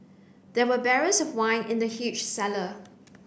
there were barrels of wine in the huge cellar